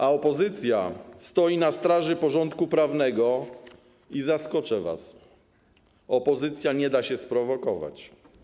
A opozycja stoi na straży porządku prawnego i - zaskoczę was - opozycja nie da się sprowokować.